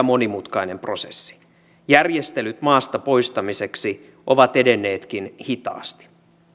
monimutkainen prosessi järjestelyt maasta poistamiseksi ovat edenneetkin hitaasti